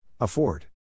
Afford